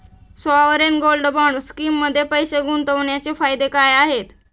Sovereign gold bond स्कीममध्ये पैसे गुंतवण्याचे फायदे काय आहेत?